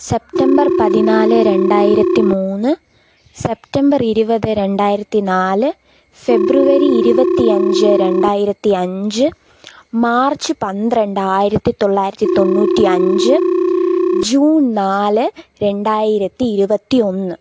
September പതിനാല് രണ്ടായിരത്തി മൂന്ന് സെപ്റ്റംബർ ഇരുപത് രണ്ടായിരത്തി നാല് ഫെബ്രുവരി ഇരുപത്തി അഞ്ച് രണ്ടായിരത്തി അഞ്ച് മാർച്ച് പന്ത്രണ്ട് ആയിരത്തി തൊള്ളായിരത്തി തൊണ്ണൂറ്റി അഞ്ച് ജൂൺ നാല് രണ്ടായിരത്തി ഇരുപത്തി ഒന്ന്